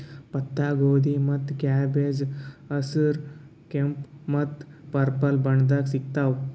ಪತ್ತಾಗೋಬಿ ಅಥವಾ ಕ್ಯಾಬೆಜ್ ಹಸ್ರ್, ಕೆಂಪ್ ಮತ್ತ್ ಪರ್ಪಲ್ ಬಣ್ಣದಾಗ್ ಸಿಗ್ತಾವ್